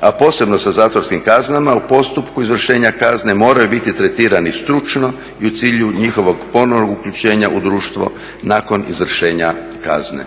a posebno sa zatvorskim kaznama u postupku izvršenja kazne moraju biti tretirani stručno i u cilju njihovog ponovnog uključenja u društvo nakon izvršenja kazne.